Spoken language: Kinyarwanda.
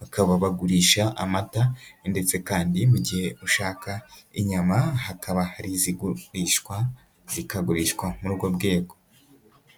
bakaba bagurisha amata ndetse kandi mu gihe ushaka inyama hakaba hari izigurishwa zikagurishwa muri urwo rwego.